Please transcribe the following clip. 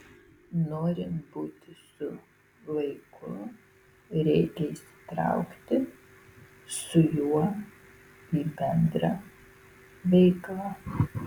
norint būti su vaiku reikia įsitraukti su juo į bendrą veiklą